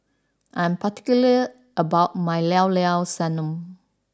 I am particular about my Llao Llao Sanum